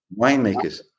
winemakers